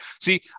See